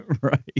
Right